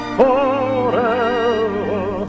forever